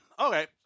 Okay